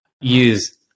use